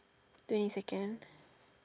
twenty second